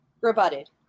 rebutted